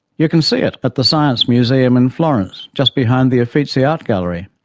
you can see it at the science museum in florence, just behind the uffizi art gallery.